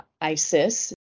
ISIS